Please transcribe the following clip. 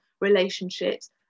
relationships